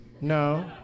No